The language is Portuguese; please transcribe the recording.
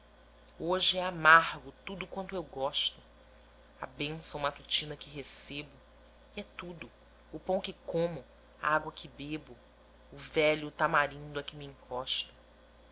hoje é amargo tudo quanto eu gosto a bênção matutina que recebo e é tudo o pão que como a água que bebo o velho tamarindo a que me encosto